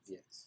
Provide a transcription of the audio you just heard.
Yes